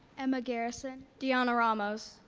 emma garrison. deonna ramos.